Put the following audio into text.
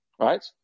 right